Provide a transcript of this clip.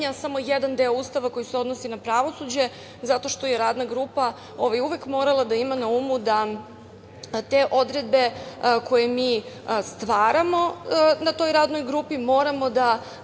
samo jedan deo Ustava koji se odnosi na pravosuđe zato što je Radna grupa uvek morala da ima na umu da te odredbe, koje mi stvaramo na toj Radnoj grupi, moramo da